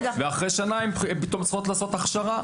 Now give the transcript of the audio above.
ואחרי שנה פתאום הן צריכות לעשות הכשרה?